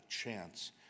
chance